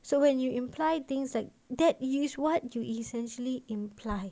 so when you imply things like that is what you essentially imply